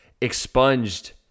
expunged